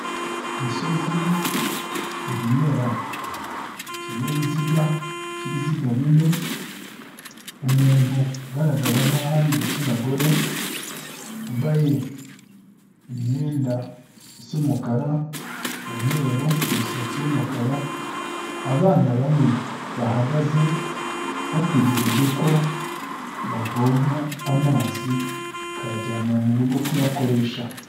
Imisozi, ibimera, ikinyabiziga cy'ibiziga bine, umuntu ugaragara nk'aho ari igitsina gore, wambaye imyenda isa umukara, umweru, umusatsi w'umukara, abana bane, bahagaze bategereje ko bavoma amazi, bakayajyana mu rugo kuyakoresha.